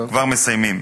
כבר מסיימים.